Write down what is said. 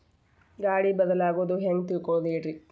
ಗಾಳಿ ಬದಲಾಗೊದು ಹ್ಯಾಂಗ್ ತಿಳ್ಕೋಳೊದ್ರೇ?